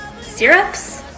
Syrups